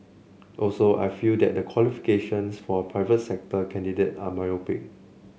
also I feel that the qualifications for a private sector candidate are myopic